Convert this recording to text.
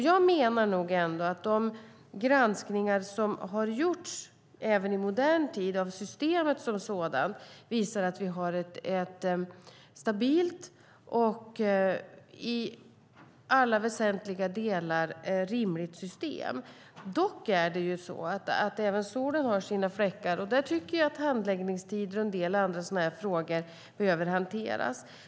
Jag menar nog ändå att de granskningar av systemet som sådant som har gjorts även i modern tid visar att vi har ett stabilt och i alla väsentliga delar rimligt system. Dock är det så att även solen har sina fläckar. Där tycker jag att handläggningstider och en del andra sådana frågor behöver hanteras.